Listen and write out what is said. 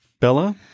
Bella